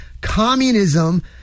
Communism